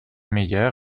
meyer